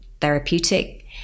therapeutic